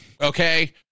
okay